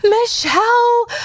Michelle